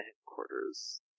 headquarters